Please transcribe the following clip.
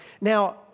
Now